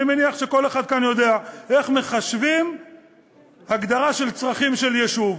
ואני מניח שכל אחד כאן יודע איך מחשבים הגדרה של צרכים של יישוב.